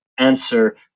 answer